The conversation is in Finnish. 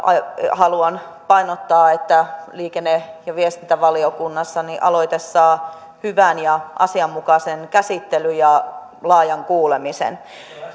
haluan painottaa että liikenne ja viestintävaliokunnassa aloite saa hyvän ja asianmukaisen käsittelyn ja laajan kuulemisen